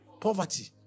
Poverty